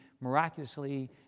miraculously